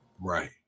right